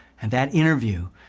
and that interview,